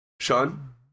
Sean